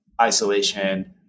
isolation